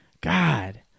God